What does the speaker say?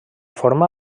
forma